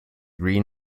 green